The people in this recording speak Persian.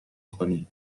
کنی